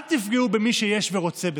אל תפגעו במי שיש לו, ורוצה בזה.